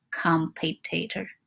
competitor